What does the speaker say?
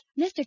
Mr